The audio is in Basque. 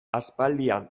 aspaldian